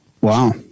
Wow